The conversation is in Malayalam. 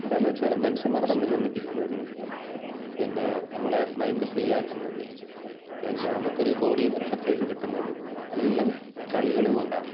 എന്താണെന്ന് വച്ചാൽ മനുഷ്യന്മാർ തമ്മിൽ ഒന്നിപ്പിക്കുന്നത് പിന്നെ നമ്മളെ മൈൻഡ് ഫ്രീ ആക്കുന്നത് പിന്നെ നമുക്ക് ഒരു ബോഡി എക്സർസൈസ് കിട്ടുന്നത് എല്ലാം കളികൾ കൊണ്ടാണ്